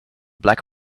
black